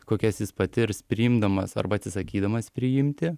kokias jis patirs priimdamas arba atsisakydamas priimti